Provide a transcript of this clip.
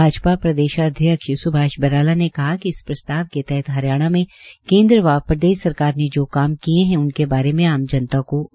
भाजपा प्रदेशाध्यक्ष स्भाष बराला ने कहा कि इस प्रस्ताव के तहत हरियाणा में केंद्र व प्रदेश सरकार ने जो काम किए हैं उनके बारे में आम जनता को बताया जाएगा